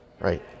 right